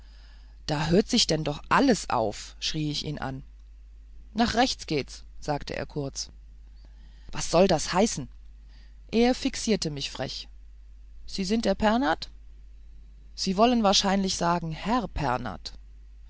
da hört denn doch alles auf schrie ich ihn an nach rechts geht's sagte er kurz was soll das heißen er fixierte mich frech sie sind der pernath sie wollen wahrscheinlich sagen herr